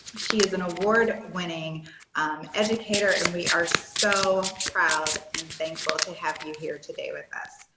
she is an award-winning educator and we are so proud and thankful to have you here today with us.